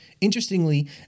Interestingly